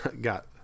got